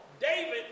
David